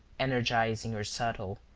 energizing or subtle,